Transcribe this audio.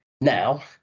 Now